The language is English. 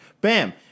Bam